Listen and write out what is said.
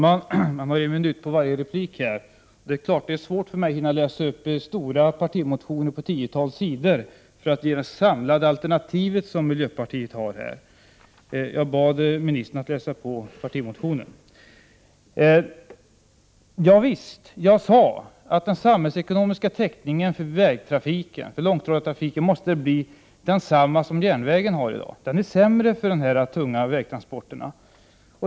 Herr talman! Repliktiden är en minut, och då är det naturligtvis svårt för mig att hinna läsa upp omfattande partimotioner på tiotals sidor för att redovisa miljöpartiets samlade alternativ. Jag bad ministern att läsa på partimotionen. Javisst, jag sade att den samhällsekonomiska täckningen för långtradartrafiken måste bli densamma som den järnvägen i dag har — den är sämre för de tunga vägtransporterna.